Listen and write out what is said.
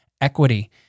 equity